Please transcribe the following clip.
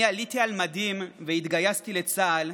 אני עליתי על מדים והתגייסתי לצה"ל,